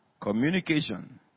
communication